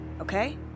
okay